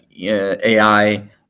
AI